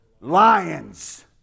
lions